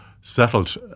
settled